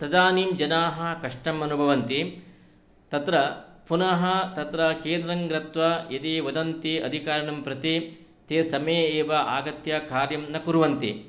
तदानीं जनाः कष्टम् अनुभवन्ति तत्र पुनः तत्र केन्द्रं गत्वा इति वदन्ति अधिकारिणं प्रति ते समये एव आगत्य कार्यं न कुर्वन्ति